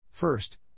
First